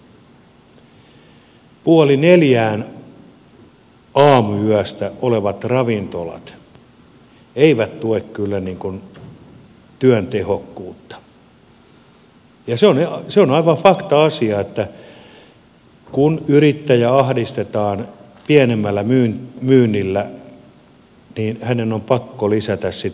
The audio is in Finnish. puoli neljään aamuyöstä auki olevat ravintolat eivät tue kyllä työn tehokkuutta ja se on aivan fakta asia että kun yrittäjää ahdistetaan pienemmällä myynnillä niin hänen on pakko lisätä sitä aukioloaikaa